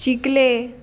चिकले